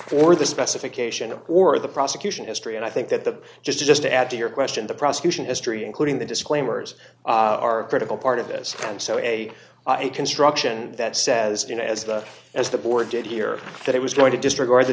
language or the specification or the prosecution history and i think that the gist is just to add to your question the prosecution history including the disclaimers are critical part of this and so a construction that says you know as the as the board did here that it was going to disregard